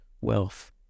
wealth